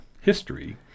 history